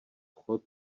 vchod